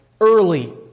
Early